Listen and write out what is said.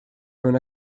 mewn